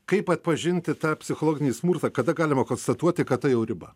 kaip atpažinti tą psichologinį smurtą kada galima konstatuoti kad tai jau riba